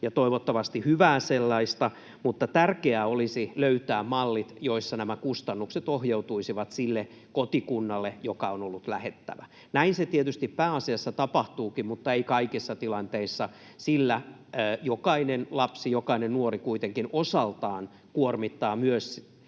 toivottavasti hyvää sellaista — mutta tärkeää olisi löytää mallit, joissa nämä kustannukset ohjautuisivat sille kotikunnalle, joka on ollut lähettävä. Näin se tietysti pääasiassa tapahtuukin, mutta ei kaikissa tilanteissa, sillä jokainen lapsi, jokainen nuori, kuitenkin osaltaan kuormittaa myös